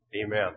Amen